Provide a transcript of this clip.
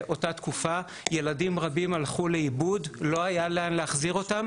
למצוא אנשים שיש להם גם ראייה ביטחונית וניסיון,